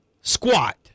squat